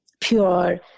pure